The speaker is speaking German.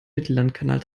mittellandkanal